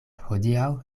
hodiaŭ